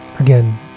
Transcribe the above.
Again